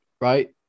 right